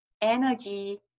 energy